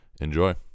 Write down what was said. Enjoy